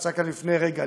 שיצא מכאן לפני רגע,